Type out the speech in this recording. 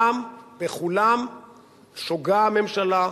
בכולם שוגה הממשלה,